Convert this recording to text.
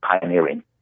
pioneering